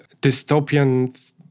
dystopian